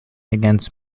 against